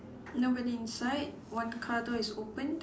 nobody inside one car door is opened